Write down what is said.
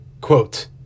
Quote